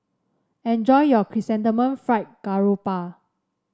enjoy your Chrysanthemum Fried Garoupa